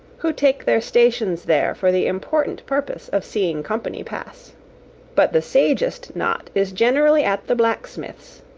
who take their stations there for the important purpose of seeing company pass but the sagest knot is generally at the blacksmith's,